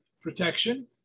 protection